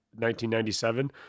1997